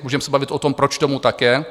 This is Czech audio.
Můžeme se bavit o tom, proč tomu tak je.